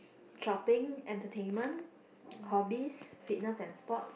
shopping entertainment hobbies fitness and sports